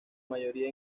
mayoría